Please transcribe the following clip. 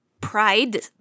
Pride